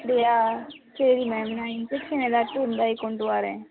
அப்படியா சரி மேம் நான் இன்ஜெக்ஷன் ஏதாச்சும் இருந்தால் கொண்டு வாரேன்